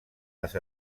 les